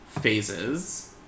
phases